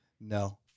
No